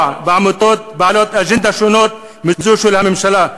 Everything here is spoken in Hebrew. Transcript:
בעמותות בעלות אג'נדה שונה מזו של הממשלה,